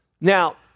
Now